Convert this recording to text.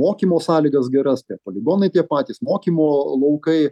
mokymo sąlygas geras tie poligonai tie patys mokymo laukai